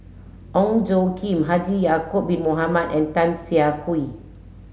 Ong Tjoe Kim Haji Ya'acob bin Mohamed and Tan Siah Kwee